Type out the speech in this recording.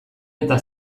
eta